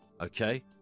Okay